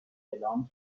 اعلام